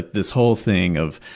this whole thing of,